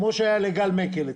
כמו שהיה לגל מקל אתמול,